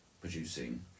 producing